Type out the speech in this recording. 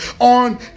On